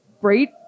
great